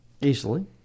Easily